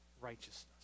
righteousness